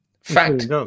fact